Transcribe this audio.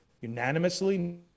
unanimously